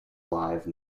live